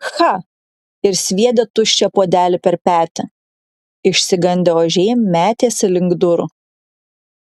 cha ir sviedė tuščią puodelį per petį išsigandę ožiai metėsi link durų